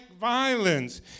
violence